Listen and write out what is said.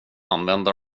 använda